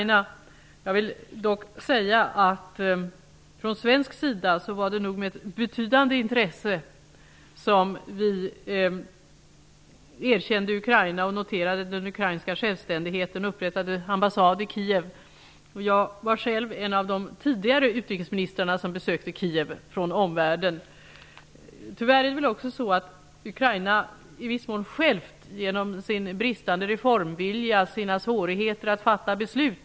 Jag vill dock säga att vi från svensk sida med betydande intresse erkände Ukraina, noterade den ukrainska självständigheten och upprättade ambassad i Kiev. Jag var själv en av de första utrikesministrarna från omvärlden som besökte Tyvärr har Ukraina i viss mån självt bidragit till situationen genom sin bristande reformvilja och sina svårigheter att fatta beslut.